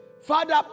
Father